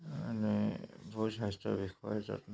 মানে সুস্বাস্থ্যৰ বিষয় যত্ন